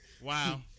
Wow